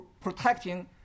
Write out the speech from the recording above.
protecting